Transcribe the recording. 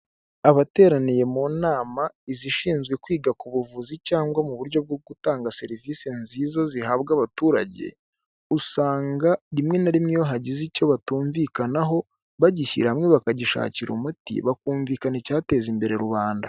Abateraniye mu nama, izishinzwe kwiga ku buvuzi cyangwa mu buryo bwo gutanga serivisi nziza zihabwa abaturage, usanga rimwe na rimwe iyo hagize icyo batumvikanaho, bagishyira hamwe bakagishakira umuti bakumvikana icyateza imbere rubanda.